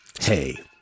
hey